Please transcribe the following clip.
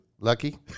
Lucky